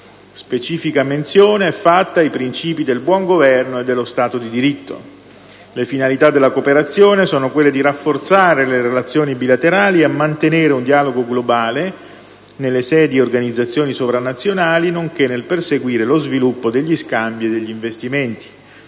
specifica menzione è fatta ai principi del buon governo e dello Stato di diritto. Le finalità della cooperazione sono quelle di rafforzare le relazioni bilaterali e a mantenere un dialogo globale, nelle sedi e organizzazioni sovranazionali, nonché quelle di perseguire lo sviluppo degli scambi e degli investimenti.